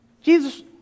Jesus